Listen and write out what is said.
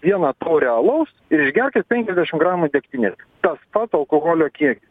vieną taurę alaus ir išgerkit penkiasdešim gramų degtinės tas pats alkoholio kiekis